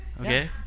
Okay